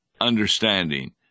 understanding